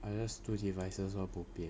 I just two devices lor bo pian